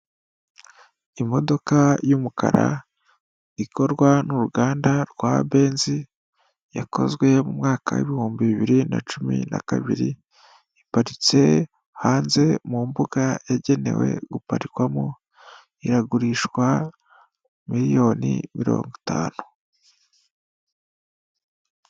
Imodoka y'umukara, ikorwa n'uruganda rwa Benzi yakozwe mu mwaka w'ibihumbi bibiri na cumi na kabiriiparitse hanze mu mbuga yagenewe guparikwamo, iragurishwa miliyoni mirongo itanu.